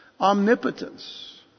Omnipotence